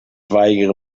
weigere